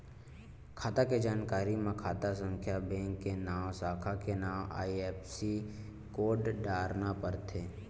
खाता के जानकारी म खाता संख्या, बेंक के नांव, साखा के नांव, आई.एफ.एस.सी कोड डारना परथे